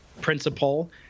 principle